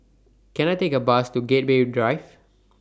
Can I Take A Bus to Gateway Drive